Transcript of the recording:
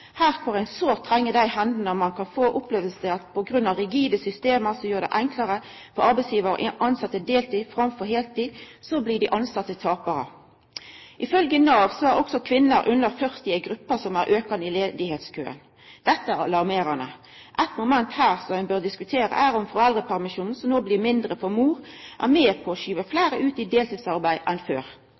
Her, kor ein så treng dei hendene ein kan få, opplever ein at på grunn av rigide system som gjer det enklare for arbeidsgjevar å tilsette folk på deltid framfor på heiltid, blir dei tilsette taparar. Ifølgje Nav er også kvinner under 40 år ei gruppe som er aukande i arbeidsløysekøen. Dette er alarmerande. Eitt moment her som ein bør diskutera, er om foreldrepermisjonen, som no blir mindre for mor, er med på å skyva fleire ut i deltidsarbeid enn før.